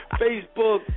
Facebook